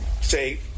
say